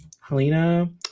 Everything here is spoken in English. Helena